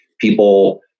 People